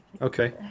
okay